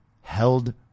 held